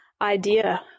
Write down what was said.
idea